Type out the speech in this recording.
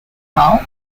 hall